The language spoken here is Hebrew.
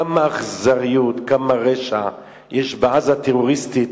כמה אכזריות, כמה רשע יש בעזה הטרוריסטית,